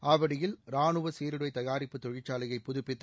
ஆவடியில் ராணுவ சீருடை தயாரிப்பு தொழிற்சாலையை புதுப்பித்து